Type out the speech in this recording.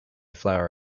flower